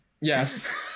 Yes